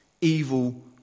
Evil